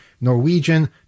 Norwegian